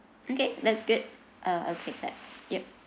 okay that's good uh okay that yup